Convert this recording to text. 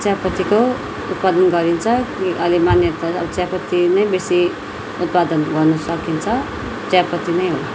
चियापत्तीको उत्पादन गरिन्छ अहिले मान्यता चियापत्ती नै बेसी उत्पादन गर्न सकिन्छ चियापत्ती नै हो